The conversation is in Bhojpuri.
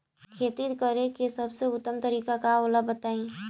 खेती करे के सबसे उत्तम तरीका का होला बताई?